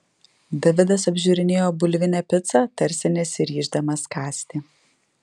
davidas apžiūrinėjo bulvinę picą tarsi nesiryždamas kąsti